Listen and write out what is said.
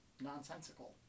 nonsensical